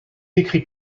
écrit